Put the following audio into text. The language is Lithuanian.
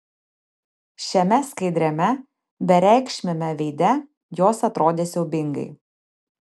šiame skaidriame bereikšmiame veide jos atrodė siaubingai